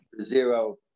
zero